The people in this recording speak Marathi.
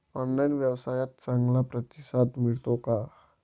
ऑनलाइन व्यवसायात चांगला प्रतिसाद मिळतो का?